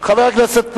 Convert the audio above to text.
חבר הכנסת פלסנר,